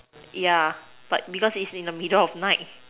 yeah but because it's in the middle of night